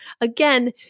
Again